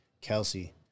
Kelsey